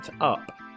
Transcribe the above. up